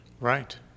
Right